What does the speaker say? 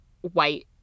white